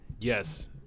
Yes